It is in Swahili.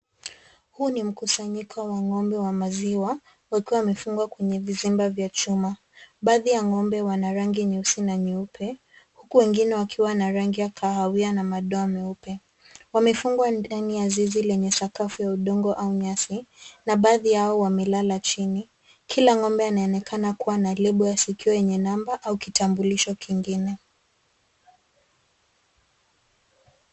Huu ni mkusanyiko wa ng'ombe wa maziwa, wakiwa wamefungwa kwenye vizimba vya chuma. Baadhi ya ng'ombe wana rangi nyeusi na nyeupe, huku wengine wakiwa na rangi ya kahawia na madoa meupe. Wamefungwa ndani ya zizi lenye sakafu ya udongo au nyasi, na baadhi yao wamelala chini. Kila ng'ombe anaonekana kuwa ana lebo ya sikio yenye namba au kitambulisho kingine.